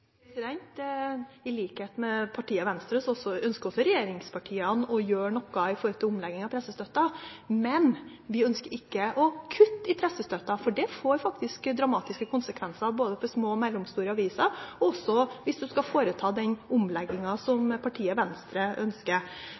I likhet med partiet Venstre ønsker regjeringspartiene å gjøre noe med pressestøtten, men vi ønsker ikke å kutte i pressestøtten, for det får faktisk dramatiske konsekvenser for både små og mellomstore aviser – også hvis man skal foreta den omlegginga som partiet Venstre ønsker.